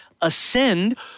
ascend